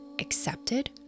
accepted